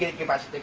give us